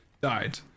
Died